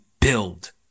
build